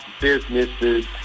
businesses